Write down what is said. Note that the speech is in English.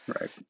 right